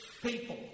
people